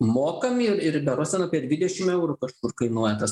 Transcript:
mokami ir berods ten apie dvidešim eurų kažkur kainuoja tas